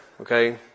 okay